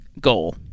goal